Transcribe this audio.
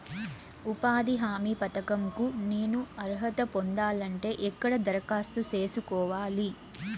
ఉపాధి హామీ పథకం కు నేను అర్హత పొందాలంటే ఎక్కడ దరఖాస్తు సేసుకోవాలి?